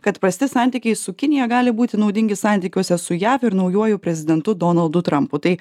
kad prasti santykiai su kinija gali būti naudingi santykiuose su jav ir naujuoju prezidentu donaldu trampu tai